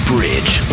Bridge